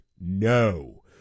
no